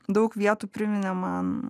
daug vietų priminė man